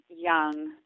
young